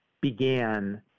began